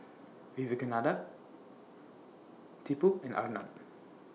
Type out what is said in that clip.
Vivekananda Tipu and Arnab